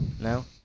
No